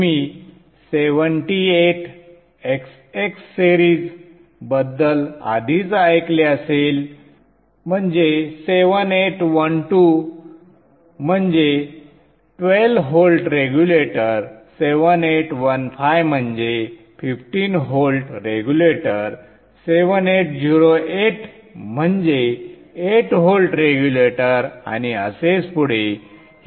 तुम्ही 78xx series बद्दल आधीच ऐकले असेल म्हणजे 7812 म्हणजे 12 व्होल्ट रेग्युलेटर 7815 म्हणजे 15 व्होल्ट रेग्युलेटर 7808 म्हणजे 8 व्होल्ट रेग्युलेटर आणि असेच पुढे